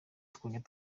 tukongera